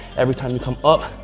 every time you come up,